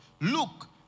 look